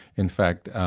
in fact,